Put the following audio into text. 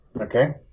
Okay